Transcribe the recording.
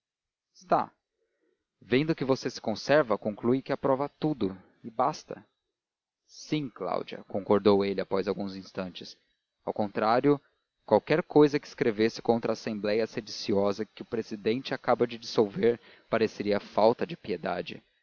está vendo que você se conserva conclui que aprova tudo e basta sim cláudia concordou ele após alguns instantes ao contrário qualquer cousa que escrevesse contra a assembleia sediciosa que o presidente acaba de dissolver pareceria falta de piedade